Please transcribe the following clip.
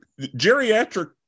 Geriatric